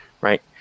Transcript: right